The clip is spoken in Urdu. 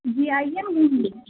جی آئیے نا گھومنے